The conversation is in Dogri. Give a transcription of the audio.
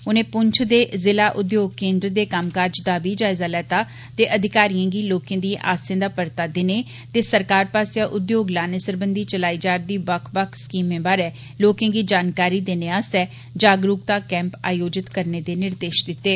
उनें पुंछ दे ज़िला उद्योग केन्द्र दे कम्मकाज दा बी जायजा लैता ते अधिकारिएं गी लोकें दिएं आसें दा परता देने ते सरकार पास्सेआ उद्योग लाने सरबंधी चलाई जा'रदी बक्ख बक्ख स्कीमें बारे लोकें गी जानकारी देने आस्तै जागरूकता कैंप आयोजित करने दे निर्देश दित्ते